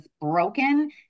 broken